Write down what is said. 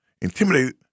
intimidated